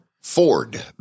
Ford